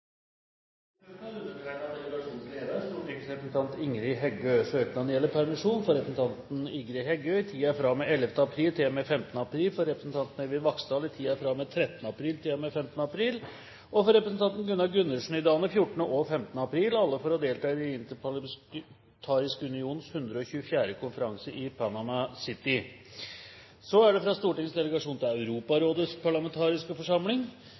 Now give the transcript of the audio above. delegasjonens leder, stortingsrepresentant Ingrid Heggø. Søknaden gjelder permisjon for representanten Ingrid Heggø i tiden fra og med 11. april til og med 15. april, for representanten Øyvind Vaksdal i tiden fra og med 13. april til og med 15. april, og for representanten Gunnar Gundersen i dagene 14. og 15. april – alle for å delta i Den interparlamentariske unions 124. konferanse i Panama City fra Stortingets delegasjon til Europarådets parlamentariske forsamling